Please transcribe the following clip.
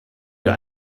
wir